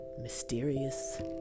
mysterious